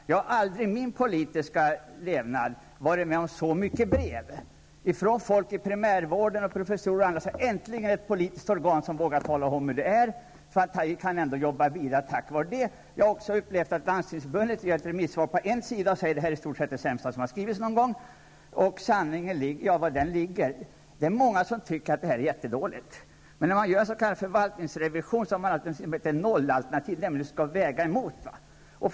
Jag har aldrig i min politiska levnad fått så många brev från bl.a. folk i primärvård och professorer som sagt: Äntligen ett politiskt organ som vågar tala om hur det är. Man kan ändå arbeta vidare tack vare detta. Jag har också noterat att Landstingsförbundet i ett remissvar på en sida har skrivit att detta är i stort sett det sämsta som någonsin har skrivits. Var ligger då sanningen? Många tycker att revisorernas förslag är jättedåligt. När man gör en förvaltningsrevision har man alltid ett nollalternativ, mot vilket man skall göra avvägningar.